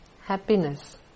happiness